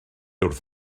wrth